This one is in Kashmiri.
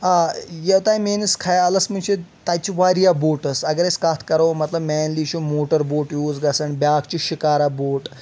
آ یوٚتام میٲنِس خیالس منٛز چھُ تتہِ چھِ واریاہ بوٹٕس اگر أسۍ کتھ کرو مطلب مینلی چھُ موٹر بوٹ یوٗز گژھان بیٛاکھ چھِ شکارا بوٹ